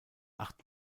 acht